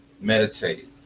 meditate